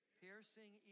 piercing